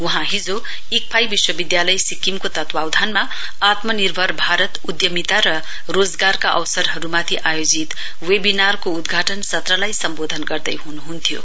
वहाँ हिजो इकफाई विश्वविद्यालयको तत्वाधानमा आत्मनिर्भर भारत उद्दमिता र रोजगारका अवसरहरुमाथि आयोजित वेविनारको उद्घाटन सत्रलाई सम्वोधन गर्दैहुनुहुन्थ्यो